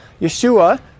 Yeshua